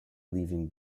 leaving